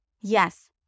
Yes